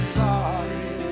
sorry